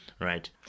right